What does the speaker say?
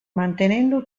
mantenendo